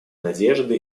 надежды